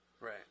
Right